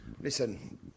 Listen